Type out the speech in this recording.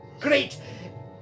great